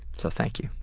so thank you.